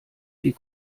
die